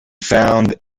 found